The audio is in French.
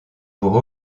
pour